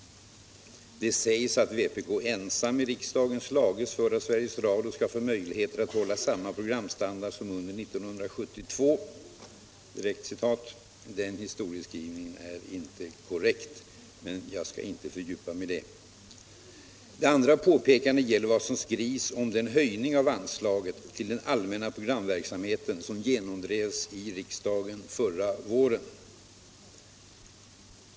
Det sägs att vpk ”ensamt i riksdagen slagits för att SR skall få möjligheter att hålla samma programstandard som under 1972”. Den historieskrivningen är inte korrekt, men jag skall inte fördjupa mig i Det andra påpekandet gäller vad som skrivs om den höjning av anslaget till den allmänna programverksamheten som genomdrevs i riksdagen förra året.